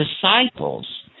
disciples